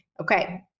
Okay